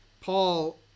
Paul